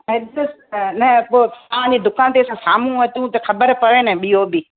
address त न पोइ तव्हां जी दुकान ते असां साम्हूं अचूं त ख़बर पवे न ॿियो बि